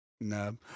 No